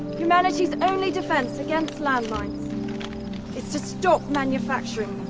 humanity's only defense against landmines is to stop manufacturing